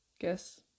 guess